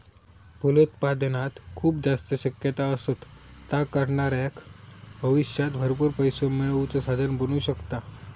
फलोत्पादनात खूप जास्त शक्यता असत, ता करणाऱ्याक भविष्यात भरपूर पैसो मिळवुचा साधन बनू शकता